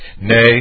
Nay